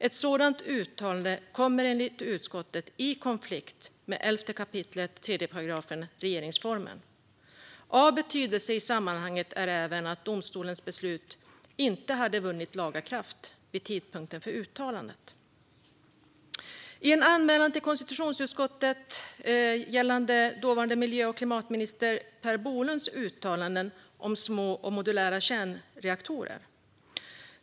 Ett sådant uttalande kommer enligt utskottet i konflikt med 11 kap. 3 § regeringsformen. Av betydelse i sammanhanget är även att domstolens beslut inte hade vunnit laga kraft vid tidpunkten för uttalandet. En anmälan till konstitutionsutskottet gäller dåvarande miljö och klimatminister Per Bolunds uttalande om små och modulära kärnreaktorer.